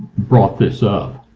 brought this. um